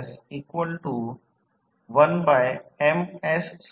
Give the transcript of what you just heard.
हे असे